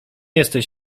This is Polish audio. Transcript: jesteś